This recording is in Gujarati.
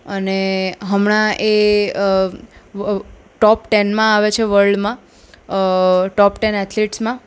અને હમણાં એ ટોપ ટેનમાં આવે છે વર્લ્ડમાં ટોપ ટેન એથ્લિટ્સમાં